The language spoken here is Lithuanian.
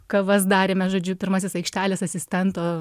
kavas darėme žodžiu pirmasis aikštelės asistento